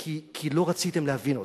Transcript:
כי לא רציתם להבין אותה.